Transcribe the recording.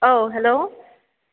औ हेलौ